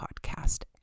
podcast